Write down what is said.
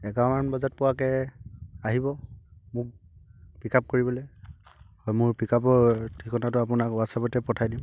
এঘাৰমান বজাত পোৱাকৈ আহিব মোক পিক আপ কৰিবলৈ আৰু মোৰ পিক আপৰ ঠিকনাটো আপোনাক ৱাটছআপতে পঠাই দিম